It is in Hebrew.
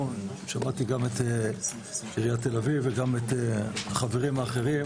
שמעתי גם את עיריית תל אביב וגם את החברים האחרים,